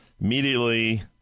immediately